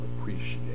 appreciate